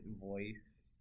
Voice